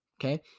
Okay